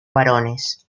varones